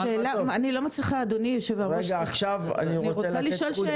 אדוני היושב-ראש, אני רוצה לשאול שאלה.